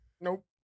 Nope